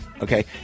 okay